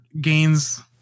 gains